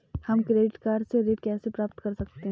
हम credit card से ऋण कैसे प्राप्त कर सकते हैं?